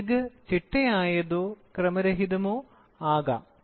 പിശക് ചിട്ടയായതോ ക്രമരഹിതമോ ആകാം